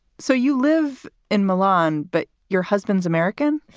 so you live in milan, but your husband's american?